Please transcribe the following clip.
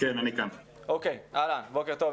בוקר טוב.